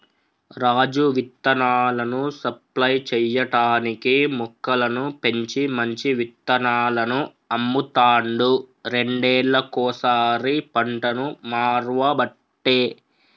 రాజు విత్తనాలను సప్లై చేయటానికీ మొక్కలను పెంచి మంచి విత్తనాలను అమ్ముతాండు రెండేళ్లకోసారి పంటను మార్వబట్టే